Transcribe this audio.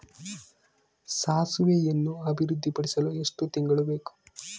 ಸಾಸಿವೆಯನ್ನು ಅಭಿವೃದ್ಧಿಪಡಿಸಲು ಎಷ್ಟು ತಿಂಗಳು ಬೇಕು?